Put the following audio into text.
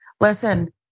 Listen